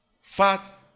fat